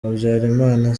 habyarimana